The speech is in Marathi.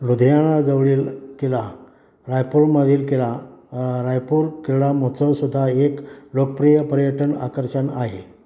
लुधियानाजवळील किला रायपूरमधील किला रायपूर क्रीडा महोत्सव सुद्धा एक लोकप्रिय पर्यटन आकर्षण आहे